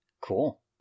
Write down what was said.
Cool